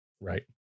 right